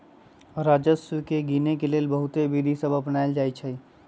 राजस्व के गिनेके लेल बहुते विधि सभ अपनाएल जाइ छइ